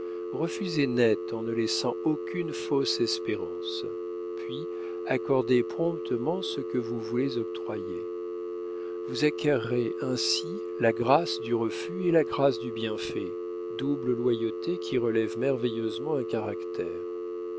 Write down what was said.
refusez net en ne laissant aucune fausse espérance puis accordez promptement ce que vous voulez octroyer vous acquerrez ainsi la grâce du refus et la grâce du bienfait double loyauté qui relève merveilleusement un caractère